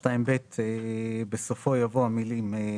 "25 מיליארד שקלים